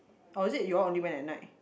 or is it y'all only went at night